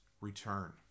return